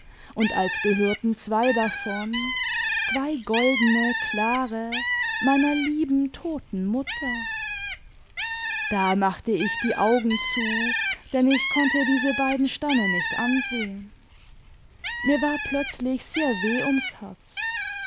und als gehörten zwei davon zwei goldne klare meiner lieben toten mutter da machte ich die augen zu denn ich konnte diese beiden sterne nicht ansehen mir war plötzlich sehr weh ums herz